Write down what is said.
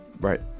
Right